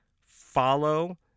follow